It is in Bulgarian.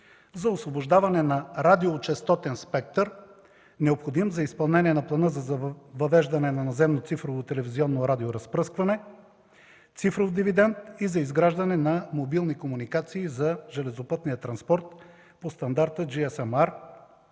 за освобождаване на радиочестотен спектър, необходим за изпълнение на плана за въвеждане на наземно цифрово телевизионно радиоразпръскване, цифров дивидент и за изграждане на мобилни комуникации за железопътния транспорт по стандарта GSM-R,